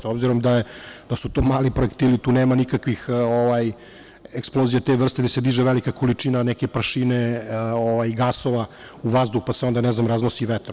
S obzirom da su to mali projektili, tu nema nikakvih eksplozija te vrste, gde se diže velika količina neke prašine, gasova u vazduhu, pa se onda raznosi vetrom.